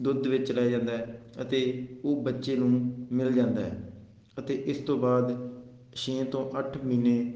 ਦੁੱਧ ਵਿੱਚ ਰਹਿ ਜਾਂਦਾ ਅਤੇ ਉਹ ਬੱਚੇ ਨੂੰ ਮਿਲ ਜਾਂਦਾ ਹੈ ਅਤੇ ਇਸ ਤੋਂ ਬਾਅਦ ਛੇ ਤੋਂ ਅੱਠ ਮਹੀਨੇ